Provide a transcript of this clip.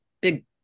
big